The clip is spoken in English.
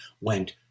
went